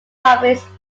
office